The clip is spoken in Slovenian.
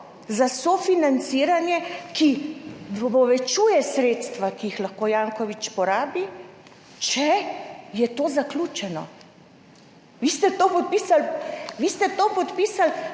za sofinanciranje, ki povečuje sredstva, ki jih lahko Janković porabi, če je to zaključeno? Vi ste to podpisali.